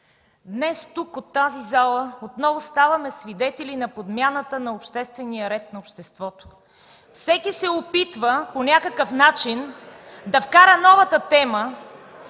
Днес тук, в тази зала, отново ставаме свидетели на подмяната на обществения ред на обществото. Всеки се опитва по някакъв начин да вкара новата тема.